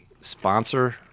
sponsor